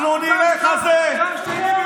למה לא מגיע לך להיות שר ראשון?